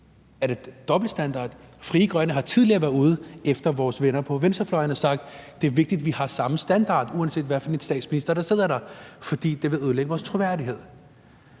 Er det dobbelt standard? Frie Grønne har tidligere været ude efter vores venner på venstrefløjen og har sagt, at det er vigtigt, at vi har samme standard, uanset hvilken statsminister der sidder der, fordi det ellers vil ødelægge vores troværdighed.